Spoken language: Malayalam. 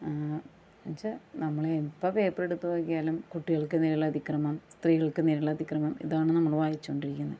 എന്ന് വെച്ചാൽ നമ്മൾ എപ്പാം പേപ്പർ എടുത്ത് നോക്കിയാലും കുട്ടികൾക്ക് നേരെയുള്ള അതിക്രമം സ്ത്രീകൾക്ക് നേരെയുള്ള അതിക്രമം ഇതാണ് നമ്മൾ വായിച്ചുകൊണ്ടിരിക്കുന്നത്